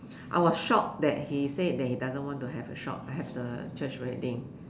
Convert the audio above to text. I was shocked that he said that he doesn't want to have a shop uh have the church wedding